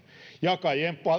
jakajien